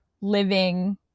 living